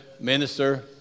minister